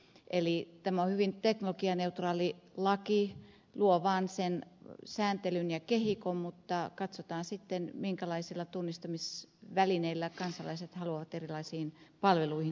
eli tämä on hyvin teknologianeutraali laki luo vaan sen sääntelyn ja kehikon mutta katsotaan sitten minkälaisilla tunnistamisvälineillä kansalaiset haluavat erilaisiin palveluihin